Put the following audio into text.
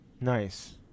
Nice